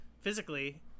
physically